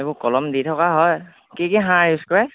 এইবোৰ কলম দি থকা হয় কি কি সাৰ ইউজ কৰে